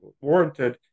warranted